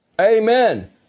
amen